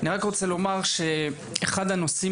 אני רק רוצה לומר שאחד הנושאים,